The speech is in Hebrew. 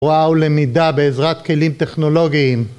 הוראה(?) ולמידה בעזרת כלים טכנולוגיים